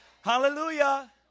Hallelujah